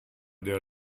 der